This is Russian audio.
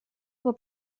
его